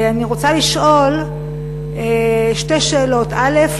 אני רוצה לשאול שתי שאלות: א.